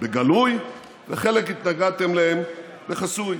בגלוי וחלקכם התנגדתם להם בחסוי.